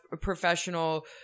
professional